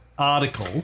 article